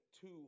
two